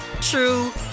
true